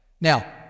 Now